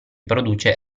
produce